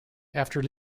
after